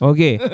Okay